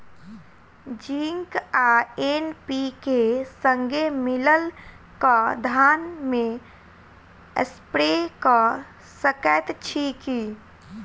Zinc आ NPK, संगे मिलल कऽ धान मे स्प्रे कऽ सकैत छी की?